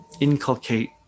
inculcate